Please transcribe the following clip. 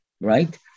Right